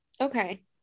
Okay